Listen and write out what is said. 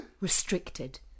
Restricted